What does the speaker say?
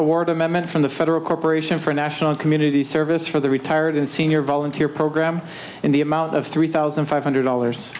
award amendment from the federal corporation for national community service for the retired senior volunteer program in the amount of three thousand five hundred dollars